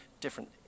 different